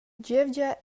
gievgia